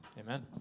Amen